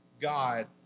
God